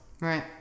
Right